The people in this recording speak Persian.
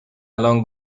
الان